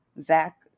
Zach